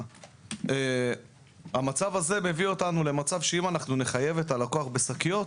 אבל פה מחייבים אותי משרד הבריאות,